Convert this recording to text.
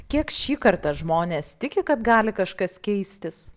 kiek šį kartą žmonės tiki kad gali kažkas keistis